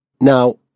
Now